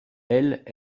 elle